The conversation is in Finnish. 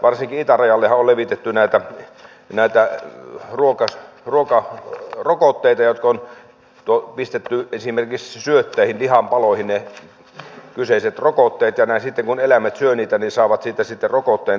varsinkin itärajallehan on levitetty näitä ruokarokotteita jotka on pistetty esimerkiksi syötteihin lihanpaloihin ne kyseiset rokotteet ja sitten kun eläimet syövät niitä niin saavat siitä sitten rokotteen rabiesta vastaan